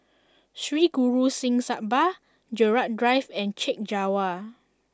Sri Guru Singh Sabha Gerald Drive and Chek Jawa